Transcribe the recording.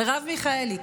מרב מיכאלי,